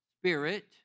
spirit